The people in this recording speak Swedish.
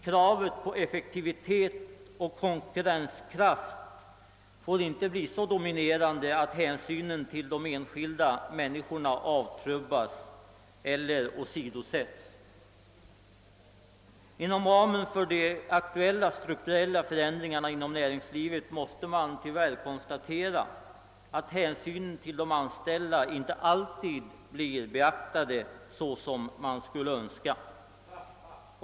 Kraven på effektivitet och konkurrenskraft får inte bli så dominerande att hänsynen till de enskilda männi skorna minskas eller helt åsidosätts. Man måste tyvärr konstatera att hänsynen till de anställda inte alltid blir beaktade på önskvärt sätt i samband med de aktuella strukturella förändringarna inom näringslivet.